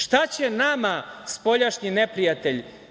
Šta će nama spoljašnji neprijatelj?